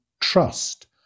trust